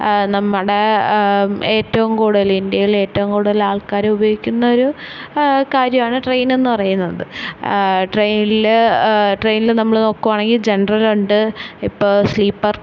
നമ്മുടെ ഏറ്റവും കൂടുതല് ഇന്ത്യയിൽ ഏറ്റവും കൂടുതൽ ആൾക്കാര് ഉപയോഗിക്കുന്നൊരു ആ കാര്യമാണ് ട്രെയിനെന്ന് പറയുന്നത് ട്രെയിനില് ട്രെയിനില് നമ്മള് നോക്കുവാണെങ്കില് ജെനറലുണ്ട് ഇപ്പോള് സ്ലീപ്പർ